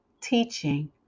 teaching